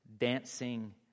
dancing